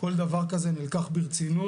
כל דבר כזה נילקח ברצינות.